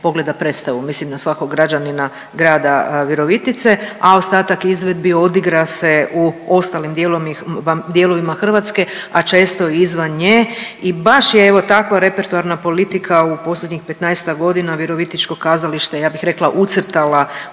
pogleda predstavu, mislim na svakog građanina grada Virovitice, a ostatak izvedbi odigra se u ostalim dijelovima Hrvatske, a često i izvan nje i baš je evo takva repertoarna politika u posljednjih 15-tak godina Virovitičko kazalište ja bih rekla ucrtala